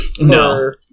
No